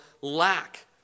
lack